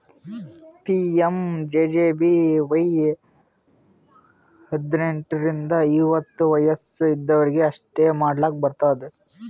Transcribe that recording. PMJJBY ಹದ್ನೆಂಟ್ ರಿಂದ ಐವತ್ತ ವಯಸ್ ಇದ್ದವ್ರಿಗಿ ಅಷ್ಟೇ ಮಾಡ್ಲಾಕ್ ಬರ್ತುದ